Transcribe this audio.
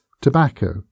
tobacco